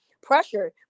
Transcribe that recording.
pressure